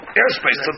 airspace